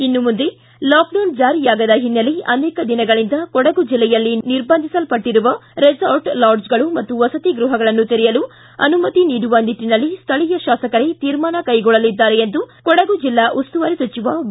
ಇನ್ನು ಮುಂದೆ ಲಾಕ್ಡೌನ್ ಜಾರಿಯಾಗದ ಹಿನ್ನೆಲೆ ಅನೇಕ ದಿನಗಳಿಂದ ಕೊಡಗು ಜಿಲ್ಲೆಯಲ್ಲಿ ನಿರ್ಭಂಧಿಸಲ್ಪಟ್ಟಿರುವ ರೆಸಾರ್ಟ್ ಲಾಡ್ಬೆಗಳು ಮತ್ತು ವಸತಿ ಗ್ರಹಗಳನ್ನು ತೆರೆಯಲು ಅನುಮತಿ ನೀಡುವ ನಿಟ್ಟನಲ್ಲಿ ಸ್ಥಳೀಯ ಶಾಸಕರೇ ತೀರ್ಮಾನ ಕೈಗೊಳ್ಳಲಿದ್ದಾರೆ ಎಂದು ಕೊಡಗು ಜಿಲ್ಲಾ ಉಸ್ತುವಾರಿ ಸಚಿವ ವಿ